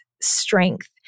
strength